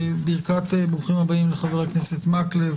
ברוכים הבאים לחבר הכנסת מקלב,